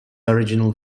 originally